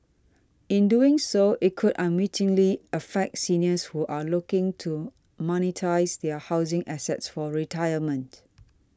in doing so it could unwittingly affect seniors who are looking to monetise their housing assets for retirement